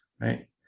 right